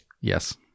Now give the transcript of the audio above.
Yes